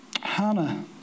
Hannah